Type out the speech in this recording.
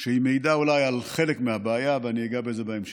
שמעידה אולי על חלק מהבעיה, ואני אגע בזה בהמשך.